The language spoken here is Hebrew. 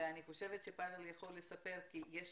אני חושבת שפבל יכול לספר כי לי יש